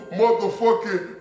motherfucking